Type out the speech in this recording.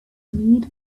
leader